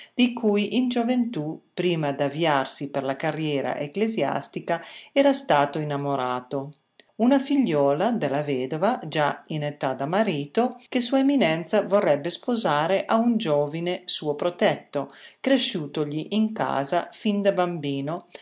di cui in gioventù prima d'avviarsi per la carriera ecclesiastica era stato innamorato una figliuola della vedova già in età da marito che sua eminenza vorrebbe sposare a un giovine suo protetto cresciutogli in casa fin da bambino